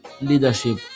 leadership